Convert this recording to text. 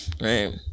Right